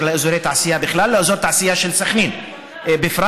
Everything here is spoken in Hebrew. לאזורי תעשייה בכלל ואזור התעשייה של סח'נין בפרט,